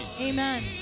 Amen